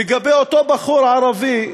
לגבי אותו בחור ערבי,